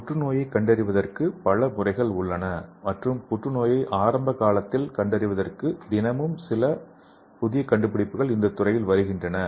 புற்றுநோயைக் கண்டறிவதற்கு பல முறைகள் உள்ளன மற்றும் புற்றுநோயை ஆரம்ப காலத்தில் கண்டறிவதற்கு தினமும் சில புதிய கண்டுபிடிப்புகள் இந்தத் துறையில் வருகின்றன